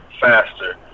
faster